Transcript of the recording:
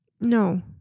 no